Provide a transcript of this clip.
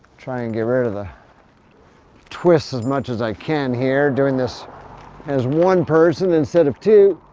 try and get rid of the twist as much as i can here, doing this as one person instead of two,